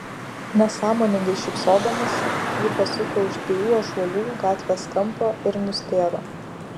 nesąmoningai šypsodamasi ji pasuko už dviejų ąžuolų gatvės kampo ir nustėro